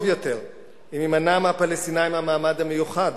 יותר אם יימנע מהפלסטינים המעמד המיוחד?